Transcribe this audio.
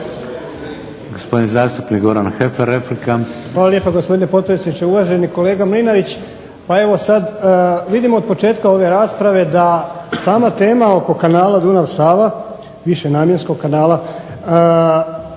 Hvala lijepa, gospodine potpredsjedniče. Uvaženi kolega Mlinarić pa evo sad vidimo od početka ove rasprave da sama tema oko kanala Dunav-Sava, višenamjenskog kanala,